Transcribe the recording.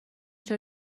چرا